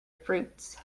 fruits